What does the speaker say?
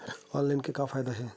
Online से का फ़ायदा हे?